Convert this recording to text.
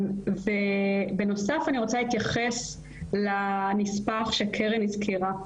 בנוסף אני רוצה להתייחס לנספח שקרן הזכירה.